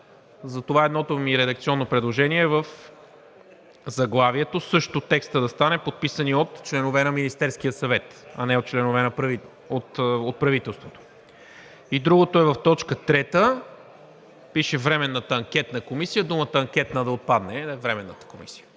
Затова едното ми редакционно предложение е в заглавието също текстът да стане: „подписани от членове на Министерския съвет“, а не „подписани от правителството“. Другото е в т. 3, пише: „Временната анкетна комисия“ думата „анкетна“ да отпадне, а да е „Временната комисия“.